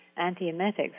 anti-emetics